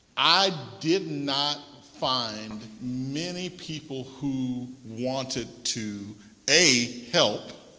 i did not find many people who wanted to a, help,